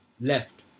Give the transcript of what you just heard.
left